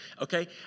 Okay